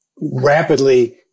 rapidly